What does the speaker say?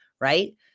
right